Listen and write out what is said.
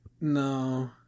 No